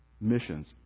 missions